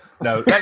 No